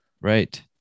right